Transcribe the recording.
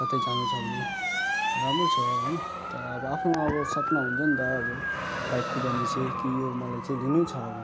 कतै जानु छ भने राम्रो छ होइन तर अब आफ्नो अब सपना हुन्छ नि त अब बाइक कुदाउने चाहिँ कि यो मलाई चाहिँ लिनुछ अब